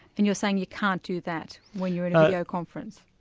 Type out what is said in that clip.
and you're saying you can't do that when you're in a video conference.